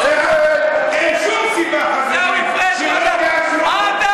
עיסאווי פריג', מה אתה